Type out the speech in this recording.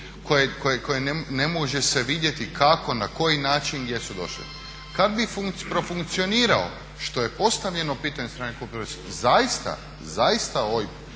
koje ne može se vidjeti kako na koji način jesu došli. Kad bi profunkcionirao što je postavljeno pitanje od strane …/Govornik se ne